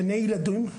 גני ילדים,